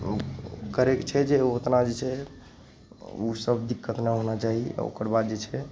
ओ करैके छै जे ओतना जे छै ओसब दिक्कत नहि होना चाही तऽ ओकरबाद जे छै